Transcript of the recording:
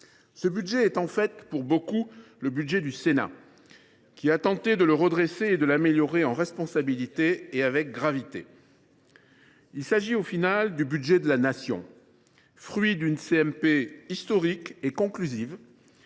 Ce budget est en fait, pour beaucoup, celui du Sénat, qui a tenté de le redresser et de l’améliorer en responsabilité et avec gravité. Il s’agit finalement du budget de la Nation, fruit d’une commission mixte